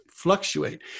fluctuate